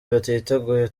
batiteguye